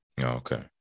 Okay